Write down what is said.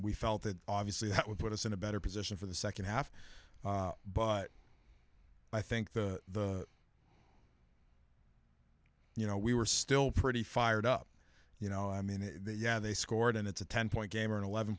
we felt that obviously that would put us in a better position for the second half but i think the you know we were still pretty fired up you know i mean yeah they scored and it's a ten point game or an eleven